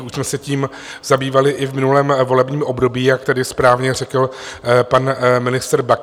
Už jsme se tím zabývali i v minulém volebním období, jak tady správně řekl pan ministr Baxa.